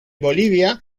bolivia